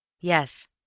Yes